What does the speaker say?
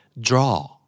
draw